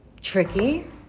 Tricky